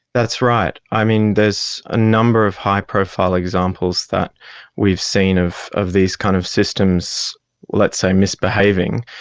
that's right. i mean, there's a number of high profile examples that we've seen of of these kind of systems let's say misbehaving,